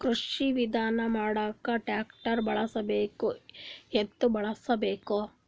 ಕೃಷಿ ವಿಧಾನ ಮಾಡಾಕ ಟ್ಟ್ರ್ಯಾಕ್ಟರ್ ಬಳಸಬೇಕ, ಎತ್ತು ಬಳಸಬೇಕ?